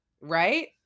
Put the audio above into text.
right